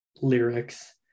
lyrics